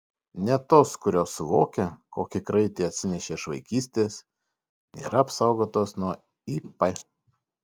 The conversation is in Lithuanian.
net tos kurios suvokia kokį kraitį atsinešė iš vaikystės nėra apsaugotos nuo ip